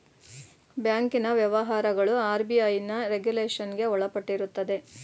ಬ್ಯಾಂಕಿನ ವ್ಯವಹಾರಗಳು ಆರ್.ಬಿ.ಐನ ರೆಗುಲೇಷನ್ಗೆ ಒಳಪಟ್ಟಿರುತ್ತದೆ